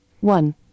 one